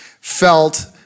felt